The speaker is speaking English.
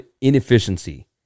inefficiency